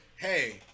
Hey